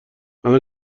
الان